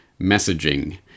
messaging